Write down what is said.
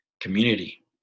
community